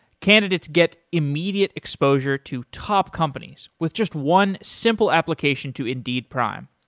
candidates get immediate exposure to top companies with just one simple application to indeed prime,